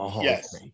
Yes